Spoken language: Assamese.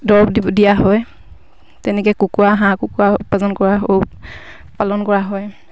দৰৱ দি দিয়া হয় তেনেকৈ কুকুৰা হাঁহ কুকুৰা উৎপাৰ্জন কৰা পালন কৰা হয়